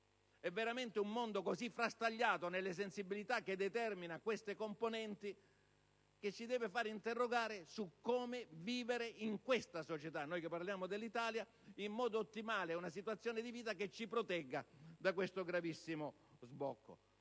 È veramente un mondo così frastagliato nelle sensibilità quello determinato da queste componenti, nel quale ci si deve interrogare su come vivere in questa società - noi parliamo dell'Italia - in modo ottimale. Occorre una situazione di vita che ci protegga da questo gravissimo sbocco.